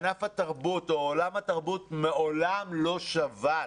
ענף התרבות או עולם התרבות מעולם לא שבת,